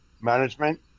management